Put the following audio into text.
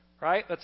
Right